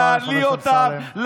להאליל אותם,